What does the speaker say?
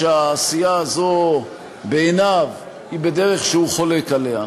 העשייה הזאת בעיניו היא בדרך שהוא חולק עליה,